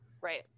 Right